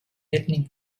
ethnic